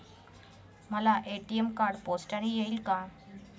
मला ATM card पोस्टाने येईल का?